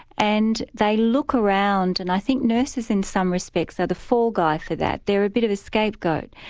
and they look around and i think nurses in some respects are the fall guy for that. they're a bit of a scapegoat.